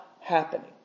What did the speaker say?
happening